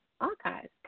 Archives